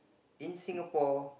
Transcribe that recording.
in Singapore